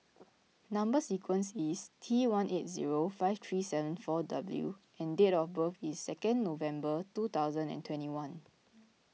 Number Sequence is T one eight zero five three seven four W and date of birth is second November two thousand and twenty one